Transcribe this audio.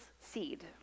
seed